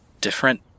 different